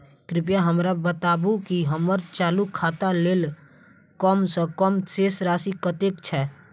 कृपया हमरा बताबू की हम्मर चालू खाता लेल कम सँ कम शेष राशि कतेक छै?